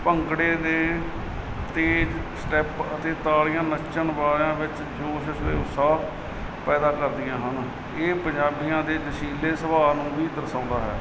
ਭੰਗੜੇ ਦੇ ਤੇਜ਼ ਸਟੈਪ ਅਤੇ ਤਾੜੀਆਂ ਨੱਚਣ ਵਾਲਿਆਂ ਵਿੱਚ ਜੋਸ਼ ਉਤਸ਼ਾਹ ਪੈਦਾ ਕਰਦੀਆਂ ਹਨ ਇਹ ਪੰਜਾਬੀਆਂ ਦੇ ਜੋਸ਼ੀਲੇ ਸੁਭਾਅ ਨੂੰ ਵੀ ਦਰਸਾਉਂਦਾ ਹੈ